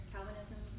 Calvinism